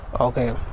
okay